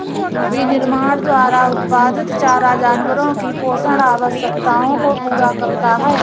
विनिर्माण द्वारा उत्पादित चारा जानवरों की पोषण आवश्यकताओं को पूरा करता है